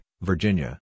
Virginia